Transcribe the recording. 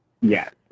Yes